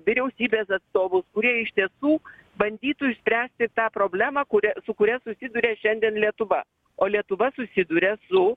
vyriausybės atstovus kurie iš tiesų bandytų išspręsti tą problemą kuria su kuria susiduria šiandien lietuva o lietuva susiduria su